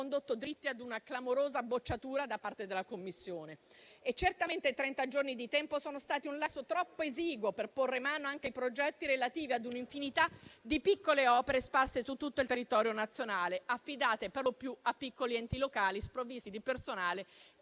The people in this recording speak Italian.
condotti dritti a una clamorosa bocciatura da parte della Commissione. Certamente, trenta giorni di tempo sono stati un lasso troppo esiguo per porre mano anche ai progetti relativi a un'infinità di piccole opere sparse su tutto il territorio nazionale, affidate perlopiù a piccoli enti locali sprovvisti di personale